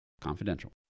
Confidential